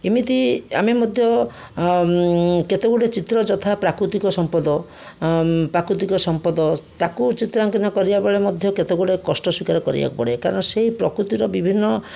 ଏମିତି ଆମେ ମଧ୍ୟ କେତେଗୁଡ଼ିଏ ଚିତ୍ର ଯଥା ପ୍ରାକୃତିକ ସମ୍ପଦ ପ୍ରାକୃତିକ ସମ୍ପଦ ତାକୁ ଚିତ୍ରାଙ୍କନ କରିବା ବେଳେ ମଧ୍ୟ କେତେଗୁଡ଼ିଏ କଷ୍ଟ ସ୍ୱୀକାର କରିବାକୁ ପଡ଼େ କାରଣ ସେଇ ପ୍ରକୃତିର ବିଭିନ୍ନ